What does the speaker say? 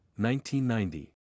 1990